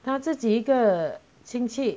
他这几个亲戚